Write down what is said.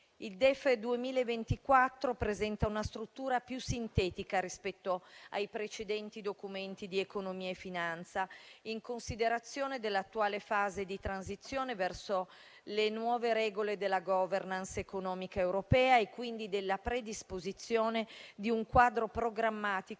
Il DEF 2024 presenta una struttura più sintetica rispetto ai precedenti Documenti di economia e finanza, in considerazione dell'attuale fase di transizione verso le nuove regole della *governance* economica europea e quindi della predisposizione di un quadro programmatico